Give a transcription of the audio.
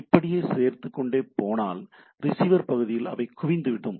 இப்படியே சேர்த்து கொண்டே போகலாம் ரிசீவர் பகுதியில் அவைகள் குவிந்துவிடும்